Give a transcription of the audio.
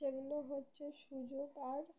সেগুলো হচ্ছে সুযোগ আর